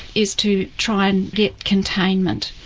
is to try and get containment.